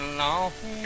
long